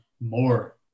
more